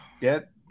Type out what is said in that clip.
Get